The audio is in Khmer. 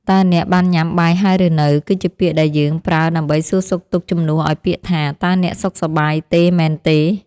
តើអ្នកបានញ៉ាំបាយហើយឬនៅ គឺជាពាក្យដែលយើងប្រើដើម្បីសួរសុខទុក្ខជំនួសឱ្យពាក្យថា តើអ្នកសុខសប្បាយទេមែនទេ?